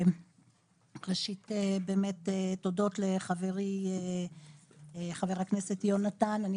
ראשית באמת תודות לחברי חבר הכנסת יונתן.